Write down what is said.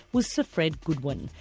was sir fred goodwin,